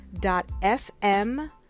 FM